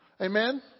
Amen